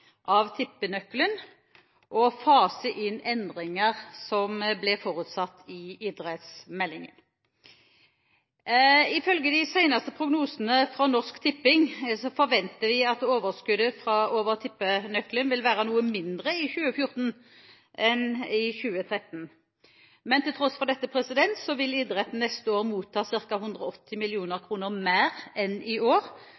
av tippenøkkelen og fase inn endringer som ble forutsatt i idrettsmeldingen. Ifølge de seneste prognosene fra Norsk Tipping forventer vi at overskuddet over tippenøkkelen vil være noe mindre i 2014 enn i 2013. Til tross for dette vil idretten neste år motta ca. 180 mill. kr mer enn i år,